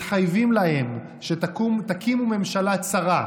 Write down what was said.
מתחייבים להם שתקימו ממשלה צרה,